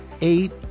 eight